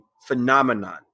phenomenon